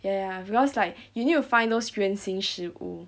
ya ya ya because like you need to find those 原型食物